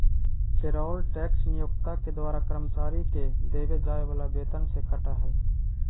payroll tax नियोक्ता के द्वारा कर्मचारि के देवे जाए वाला वेतन से कटऽ हई